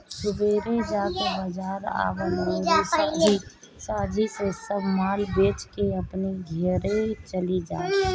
सुबेरे जाके बाजार लगावअ अउरी सांझी से सब माल बेच के अपनी घरे चली जा